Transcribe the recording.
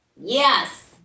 Yes